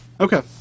okay